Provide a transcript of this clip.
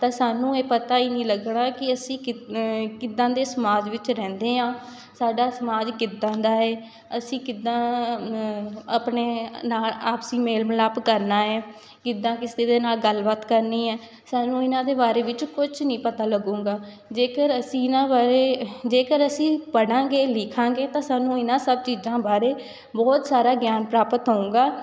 ਤਾਂ ਸਾਨੂੰ ਇਹ ਪਤਾ ਹੀ ਨਹੀਂ ਲੱਗਣਾ ਕਿ ਅਸੀਂ ਕਿੱਦਾਂ ਕਿੱਦਾਂ ਦੇ ਸਮਾਜ ਵਿੱਚ ਰਹਿੰਦੇ ਹਾਂ ਸਾਡਾ ਸਮਾਜ ਕਿੱਦਾਂ ਦਾ ਹੈ ਅਸੀਂ ਕਿੱਦਾਂ ਆਪਣੇ ਨਾਲ ਆਪਸੀ ਮੇਲ ਮਿਲਾਪ ਕਰਨਾ ਹੈ ਕਿੱਦਾਂ ਕਿਸੇ ਦੇ ਨਾਲ ਗੱਲਬਾਤ ਕਰਨੀ ਹੈ ਸਾਨੂੰ ਇਹਨਾਂ ਦੇ ਬਾਰੇ ਵਿੱਚ ਕੁਛ ਨਹੀਂ ਪਤਾ ਲੱਗੇਗਾ ਜੇਕਰ ਅਸੀਂ ਇਹਨਾਂ ਬਾਰੇ ਜੇਕਰ ਅਸੀਂ ਪੜਾਂਗੇ ਲਿਖਾਂਗੇ ਤਾਂ ਸਾਨੂੰ ਇਹਨਾਂ ਸਭ ਚੀਜ਼ਾਂ ਬਾਰੇ ਬਹੁਤ ਸਾਰਾ ਗਿਆਨ ਪ੍ਰਾਪਤ ਹੋਊਗਾ